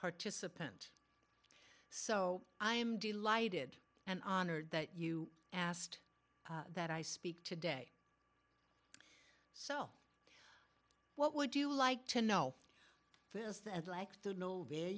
participant so i am delighted and honored that you asked that i speak today so what would you like to know